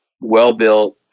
well-built